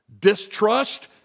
Distrust